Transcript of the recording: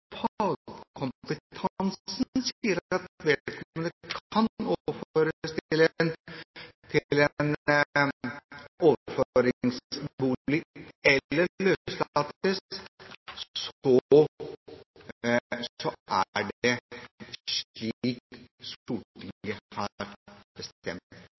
fagkompetansen sier at vedkommende kan overføres til en overføringsbolig eller løslates, så er det